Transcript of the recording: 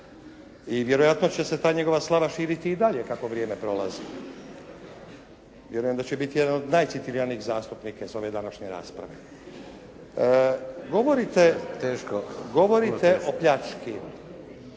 I vjerojatno će se ta njegova slava širiti i dalje kako vrijeme prolazi. Vjerujem da će biti jedan od najcitiranijih zastupnika iz ove današnje rasprave. Govorite o pljački,